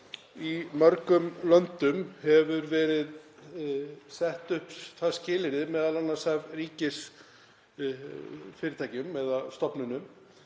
Í mörgum löndum hefur verið sett það skilyrði, m.a. af ríkisfyrirtækjum eða stofnunum,